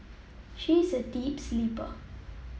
she is a deep sleeper